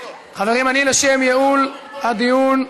חברים, אני, לשם ייעול הדיון,